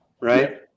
right